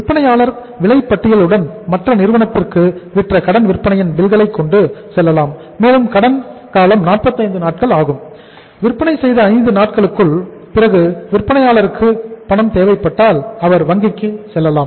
விற்பனையாளர் விலைப்பட்டியலுடன் மற்ற நிறுவனத்திற்கு விற்ற கடன் விற்பனையின் பில்களை கொண்டு செல்லலாம் மேலும் கடன் காலம் 45 நாட்கள் ஆகும் விற்பனை செய்த 5 நாட்களுக்கு பிறகு விற்பனையாளருக்கு பணம் தேவைப்பட்டால் அவர் வங்கிக்கு செல்லலாம்